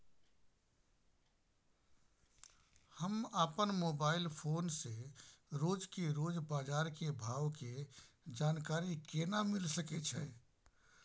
हम अपन mobile phone से रोज के रोज बाजार के भाव के जानकारी केना मिल सके छै?